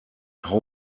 how